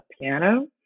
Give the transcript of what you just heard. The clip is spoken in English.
piano